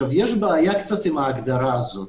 יש בעיה עם ההגדרה הזו,